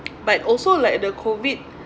but also like the COVID